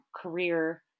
career